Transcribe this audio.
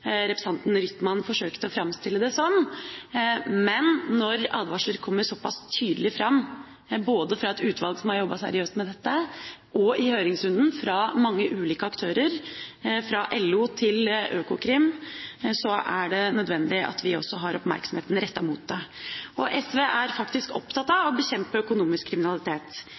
representanten Rytman forsøkte å framstille det som. Men når advarsler kommer såpass tydelig fram, både fra et utvalg som har jobbet seriøst med dette, og i høringsrunden fra mange ulike aktører – fra LO til Økokrim – er det nødvendig at vi også har oppmerksomheten rettet mot det. SV er faktisk opptatt av å bekjempe økonomisk kriminalitet.